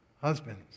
Husbands